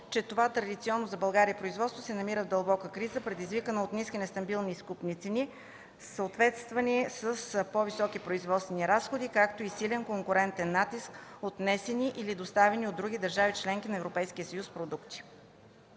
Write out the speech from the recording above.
че това традиционно за България производство се намира в дълбока криза, предизвикана от ниски и нестабилни изкупни цени, съпътствани от високи производствени разходи, както и от силен конкурентен натиск от внесени или доставени от други държави членки на ЕС продукти.